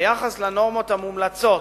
ביחס לנורמות המומלצות